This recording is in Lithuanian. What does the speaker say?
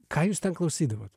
ką jūs ten klausydavot